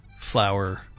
flower